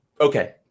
okay